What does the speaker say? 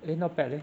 eh not bad leh